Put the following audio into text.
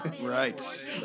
Right